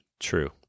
True